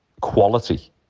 quality